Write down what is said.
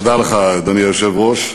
אדוני היושב-ראש,